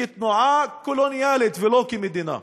כתנועה קולוניאלית, ולא כמדינה.